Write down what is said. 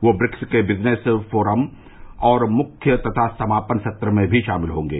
वह ब्रिक्स के business forum और मुख्य तथा समापन सत्र में भी शामिल होंगे